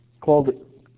called